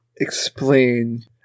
Explain